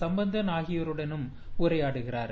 சம்பந்தன் ஆகியோருடன் உரையாடுகிறார்